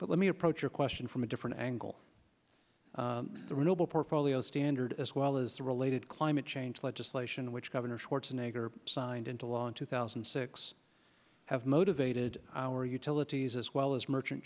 but let me approach your question from a different angle the renewable portfolio standard as well as the related climate change legislation which governor schwarzenegger signed into law in two thousand and six have motivated our utilities as well as merchant